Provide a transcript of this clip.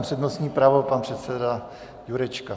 Přednostní právo, pan předseda Jurečka.